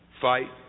fight